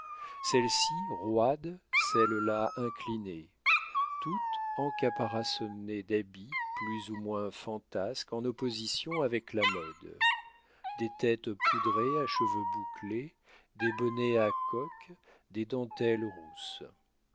celles-ci roides celles-là inclinées toutes encaparaçonnées d'habits plus ou moins fantasques en opposition avec la mode des têtes poudrées à cheveux bouclés des bonnets à coques des dentelles rousses